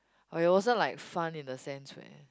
!aiyo! it wasn't like fun in a sense where